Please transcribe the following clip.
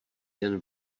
jen